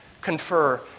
confer